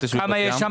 יש בבת ים?